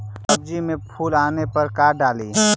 सब्जी मे फूल आने पर का डाली?